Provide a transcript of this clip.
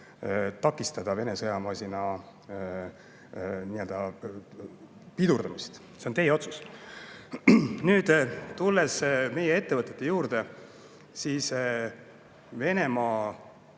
takistada Vene sõjamasina pidurdamist, see on teie otsus. Nüüd, kui tulla meie ettevõtete juurde, siis ma